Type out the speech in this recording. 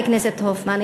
חבר הכנסת הופמן,